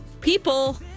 People